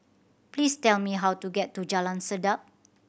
please tell me how to get to Jalan Sedap